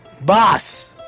boss